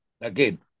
Again